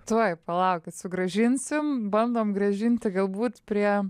tuoj palaukit sugrąžinsim bandom grąžinti galbūt prie